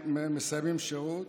מסיימים שירות.